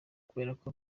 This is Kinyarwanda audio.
kuberako